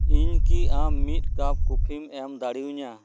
ᱤᱧ ᱠᱤ ᱟᱢ ᱢᱤᱫ ᱠᱟᱯ ᱠᱚᱯᱷᱤ ᱮᱢ ᱫᱟᱲᱮᱭᱟᱧᱟᱹ